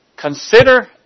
Consider